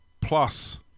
plus